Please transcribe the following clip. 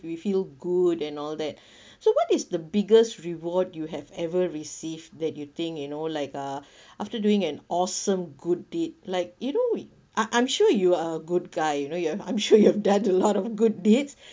we feel good and all that so what is the biggest reward you have ever received that you think you know like uh after doing an awesome good deed like you know we I'm I'm sure you are a good guy you know ya I'm sure you have done a lot of good deeds